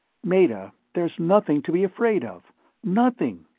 meta, there's nothing to be afraid of nothing,